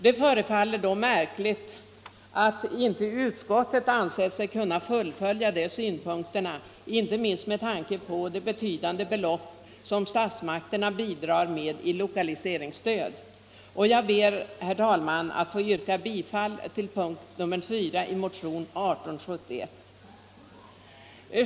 Det förefaller då märkligt att inte utskottet ansett sig kunna fullfölja de synpunkterna, inte minst med tanke på de betydande belopp som statsmakterna bidrar med i lokaliseringsstöd. Herr talman! Jag ber att få yrka bifall till punkten 4 i hemställan i motionen 1871.